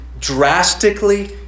drastically